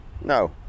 no